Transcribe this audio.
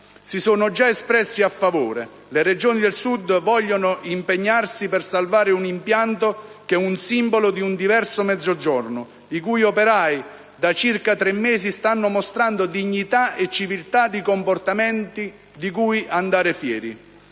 si sono già espressi a favore: le Regioni del Sud vogliono impegnarsi per salvare un impianto che è simbolo di un diverso Mezzogiorno, i cui operai da circa tre mesi stanno mostrando dignità e civiltà di comportamento di cui andare fieri.